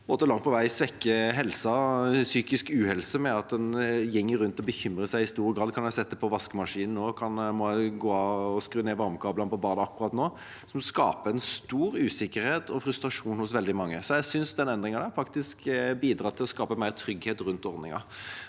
at den langt på vei svekket helsen og ga psykisk uhelse ved at en gikk rundt og bekymret seg i stor grad: Kan jeg sette på vaskemaskinen nå? Må jeg gå og skru ned varmekablene på badet akkurat nå? Det skaper en stor usikkerhet og frustrasjon hos veldig mange. Jeg synes denne endringen bidrar til å skape mer trygghet rundt ordningen.